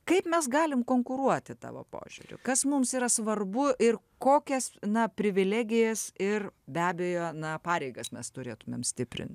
kaip mes galim konkuruoti tavo požiūriu kas mums yra svarbu ir kokias na privilegijas ir be abejo na pareigas mes turėtumėm stiprint